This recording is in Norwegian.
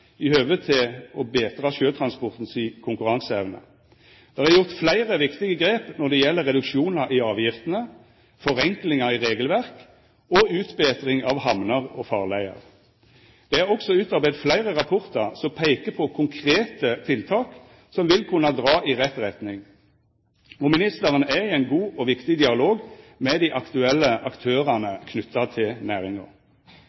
i høve til å betra sjøtransporten si konkurranseevne. Det er gjort fleire viktige grep når det gjeld reduksjonar i avgiftene, forenklingar i regelverk og utbetring av hamner og farleier. Det er også utarbeidd fleire rapportar som peikar på konkrete tiltak som vil kunna dra i rett retning, og ministeren er i ein god og viktig dialog med dei aktuelle